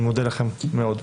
אני מודה לכם מאוד.